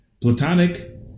Platonic